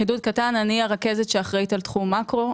חידוד קטן, אני הרכזת שאחראית על תחום מקרו.